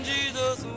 Jesus